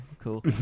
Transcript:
cool